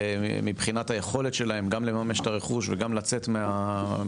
מבחינת היכולת שלהם גם לממש את הרכוש וגם לצאת מהמדינה